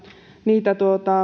niitä